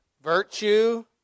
virtue